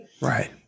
Right